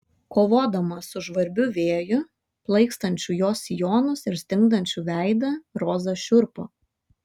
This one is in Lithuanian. kovodama su žvarbiu vėju plaikstančiu jos sijonus ir stingdančiu veidą roza šiurpo